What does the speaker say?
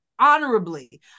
honorably